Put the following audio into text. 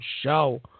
show